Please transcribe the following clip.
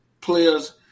players